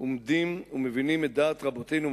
עומדים ומבינים את דעת רבותינו,